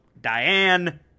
Diane